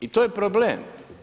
I to je problem.